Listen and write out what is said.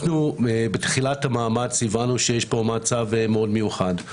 בתחילת המאמץ הבנו שיש פה מצב מאוד מיוחד.